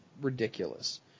ridiculous